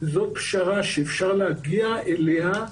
זאת פשרה שאפשר להגיע אליה,